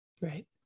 Right